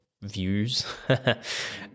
views